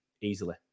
Easily